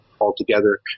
altogether